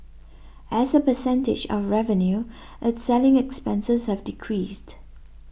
as a percentage of revenue its selling expenses have decreased